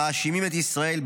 המאשימים את ישראל,